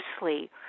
mostly